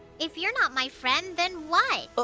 if you're not my friend, then like what?